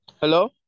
Hello